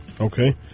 Okay